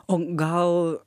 o gal